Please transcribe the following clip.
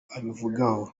abivugaho